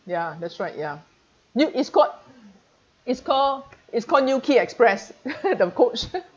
ya that's right ya you it's called it's call it's called new key express the coach